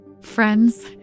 Friends